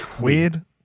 Weird